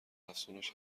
افزونش